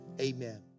Amen